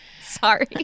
Sorry